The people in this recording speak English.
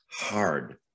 hard